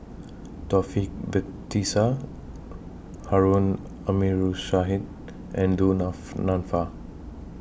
Taufik Batisah Harun and Du Nanfa